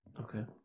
Okay